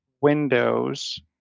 Windows